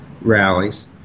rallies